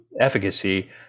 efficacy